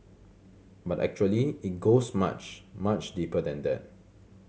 but actually it goes much much deeper than that